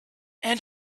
and